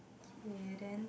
k then